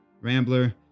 rambler